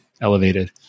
elevated